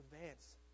advance